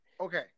Okay